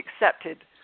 accepted